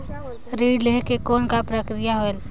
ऋण लहे के कौन का प्रक्रिया होयल?